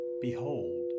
Behold